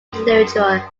literature